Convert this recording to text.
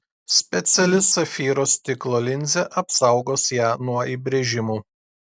speciali safyro stiklo linzė apsaugos ją nuo įbrėžimų